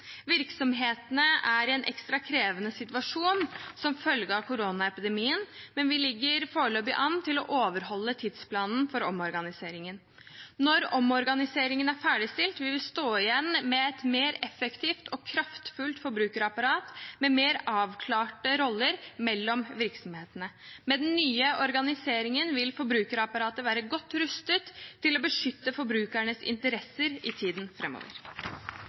Virksomhetene er i en ekstra krevende situasjon som følge av koronaepidemien, men vi ligger foreløpig an til å overholde tidsplanen for omorganiseringen. Når omorganiseringen er ferdigstilt, vil vi stå igjen med et mer effektivt og kraftfullt forbrukerapparat med mer avklarte roller mellom virksomhetene. Med den nye organiseringen vil forbrukerapparatet være godt rustet til å beskytte forbrukernes interesser i tiden